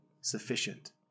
sufficient